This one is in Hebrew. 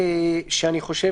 יואב?